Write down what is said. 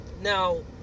Now